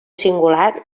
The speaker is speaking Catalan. singular